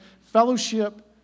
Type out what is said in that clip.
fellowship